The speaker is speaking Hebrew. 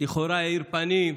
לכאורה האיר פנים.